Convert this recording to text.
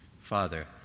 Father